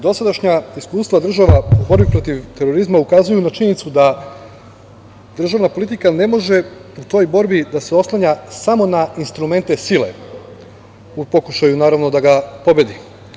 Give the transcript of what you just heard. Dosadašnja iskustva država u borbi protiv terorizma ukazuju na činjenicu da državna politika ne može u toj borbi da se oslanja samo na instrumente sile u pokušaju naravno da ga pobedi.